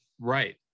right